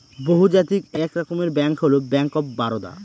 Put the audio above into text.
বহুজাতিক এক রকমের ব্যাঙ্ক হল ব্যাঙ্ক অফ বারদা